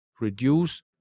reduce